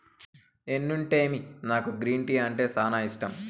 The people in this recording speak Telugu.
ఎన్నుంటేమి నాకు గ్రీన్ టీ అంటే సానా ఇష్టం